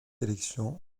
élection